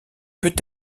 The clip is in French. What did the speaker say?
peut